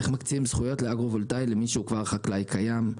איך מקצים זכויות לאגרו-וולטאי למי שהוא כבר חקלאי קיים?